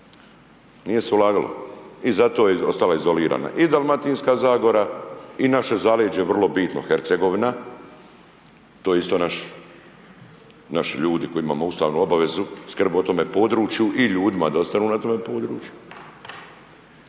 Nije se ulagalo. I zato je ostala izolirana i Dalmatinska zagora i naše zaleđe, vrlo bitno, Hercegovina, to je isto naši ljudi koji imamo ustavnu obavezu skrb o tome području i ljudima da ostanu na tome području,